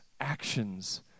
actions